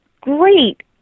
great